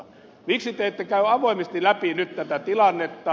miksi te ette käy avoimesti läpi nyt tätä tilannetta